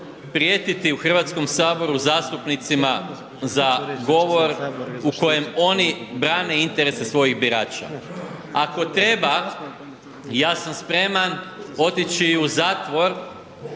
prijetiti u Hrvatskom saboru zastupnicima za govor u kojem oni brani interese svojih birača. Ako treba ja sam spreman otići i u zatvor